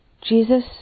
Jesus